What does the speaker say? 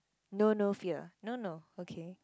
know no fear no no okay